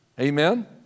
Amen